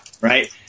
right